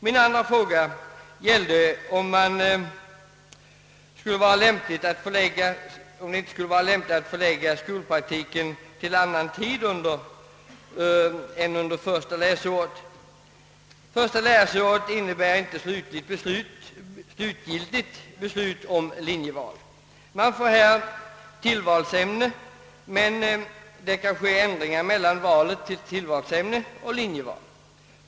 Min andra fråga gällde om det inte skulle vara lämpligt att förlägga skol praktiken till annan tid än under första läsåret. Under detta har eleven inte fattat slutgiltigt beslut om linjeval. Han har bestämt sig för vissa tillvalsämnen men kan göra ändringar i fråga om både tillvalsämnen och linje.